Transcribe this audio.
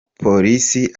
polisi